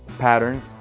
patterns,